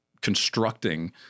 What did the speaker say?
constructing